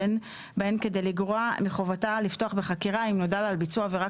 ואין בהן כדי לגרוע מחובתה לפתוח בחקירה אם נודע לה על ביצוע העבירה,